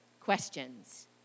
questions